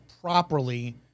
properly